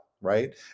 right